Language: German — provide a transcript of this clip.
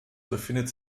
befindet